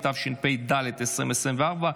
התשפ"ד 2024,